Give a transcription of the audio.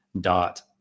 dot